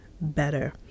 better